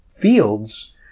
fields